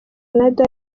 ronaldo